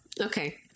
okay